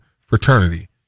fraternity